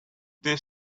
this